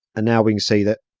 and now we see that